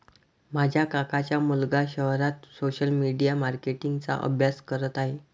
माझ्या काकांचा मुलगा शहरात सोशल मीडिया मार्केटिंग चा अभ्यास करत आहे